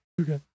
Okay